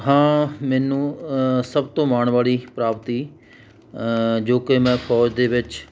ਹਾਂ ਮੈਨੂੰ ਸਭ ਤੋਂ ਮਾਣ ਵਾਲੀ ਪ੍ਰਾਪਤੀ ਜੋ ਕਿ ਮੈਂ ਫੌਜ ਦੇ ਵਿੱਚ